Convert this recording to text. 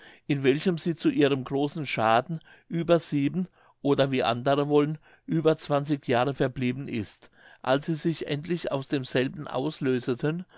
in welchem sie zu ihrem großen schaden über oder wie andere wollen über jahre verblieben ist als sie sich endlich aus demselben auslöseten